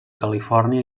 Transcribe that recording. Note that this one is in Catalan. califòrnia